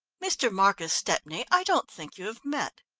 mr. marcus stepney, i don't think you have met.